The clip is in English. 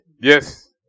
Yes